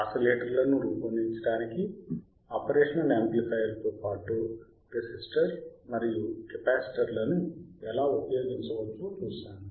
ఆసిలేటర్లను రూపొందించడానికి ఆపరేషనల్ యాంప్లిఫయర్తో పాటు రెసిస్టర్ మరియు కెపాసిటర్లను ఎలా ఉపయోగించవచ్చో చూశాము